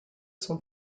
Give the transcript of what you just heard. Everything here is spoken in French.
son